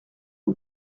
rue